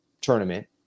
tournament